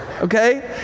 Okay